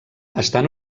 estan